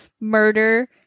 murder